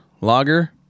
lager